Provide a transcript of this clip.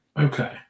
Okay